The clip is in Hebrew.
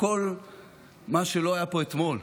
בכל מה שלא היה פה אתמול,